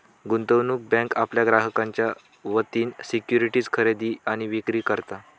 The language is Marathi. गुंतवणूक बँक आपल्या ग्राहकांच्या वतीन सिक्युरिटीज खरेदी आणि विक्री करता